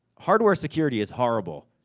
hardware security is horrible.